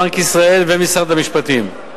בנק ישראל ומשרד המשפטים.